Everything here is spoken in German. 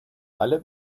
alle